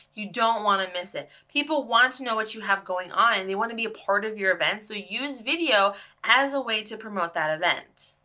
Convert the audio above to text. you don't wanna miss it. people want to know what you have going on, and they wanna be a part of your event so use video as a way to promote that event.